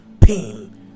pain